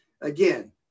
Again